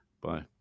Bye